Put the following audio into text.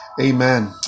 Amen